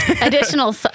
additional